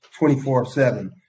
24-7